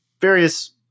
various